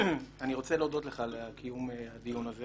אני רוצה להודות לך על קיום הדיון הזה